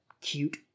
cute